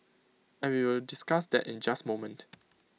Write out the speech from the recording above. and we will discuss that in just moment